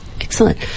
excellent